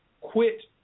quit